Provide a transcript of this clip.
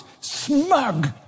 smug